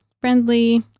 friendly